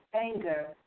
anger